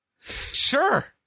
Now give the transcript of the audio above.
Sure